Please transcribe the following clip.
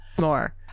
more